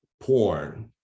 porn